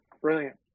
brilliant